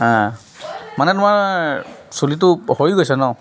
মানে তোমাৰ চুলিটো সৰি গৈছে ন